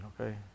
okay